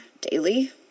daily